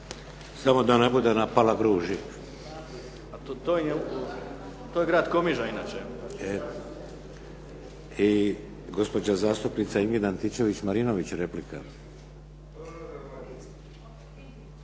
Samo da ne bude na Palagruži. …/Upadica: To je grad Komiža inače./… I gospođa zastupnica Ingrid Antičević-Marinović, replika.